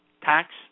tax